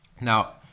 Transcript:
now